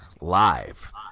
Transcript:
live